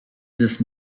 this